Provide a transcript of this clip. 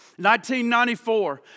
1994